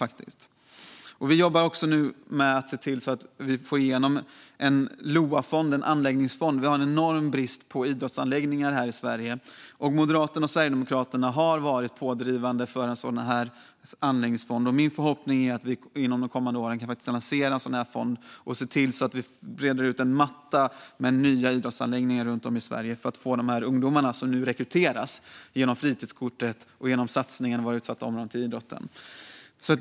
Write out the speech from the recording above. Vi jobbar också med att se till att få igenom en LOA-fond, en anläggningsfond. Det är enorm brist på idrottsanläggningar i Sverige. Moderaterna och Sverigedemokraterna har varit pådrivande för en sådan anläggningsfond. Min förhoppning är att vi de kommande åren kan lansera en sådan fond och se till att breda ut en matta med nya idrottsanläggningar i Sverige för att få ungdomarna som nu kommer att rekryteras genom fritidskortet och satsningen i våra utsatta områden till idrotten.